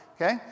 Okay